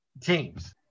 teams